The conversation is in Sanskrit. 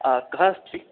हा कः अस्ति